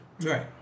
right